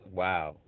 wow